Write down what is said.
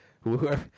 Whoever